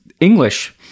English